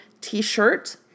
T-shirt